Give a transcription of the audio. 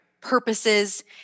purposes